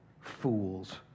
fools